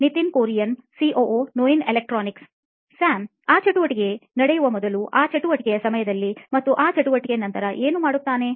Nitin Kurian COO ನೋಯಿನ್ electronics Sam ಆ ಚಟುವಟಿಕೆ ನಡೆಯುವ ಮೊದಲು ಆ ಚಟುವಟಿಕೆಯ ಸಮಯದಲ್ಲಿ ಮತ್ತು ಆ ಚಟುವಟಿಕೆಯ ನಂತರ ಏನು ಮಾಡುತ್ತಾನೆ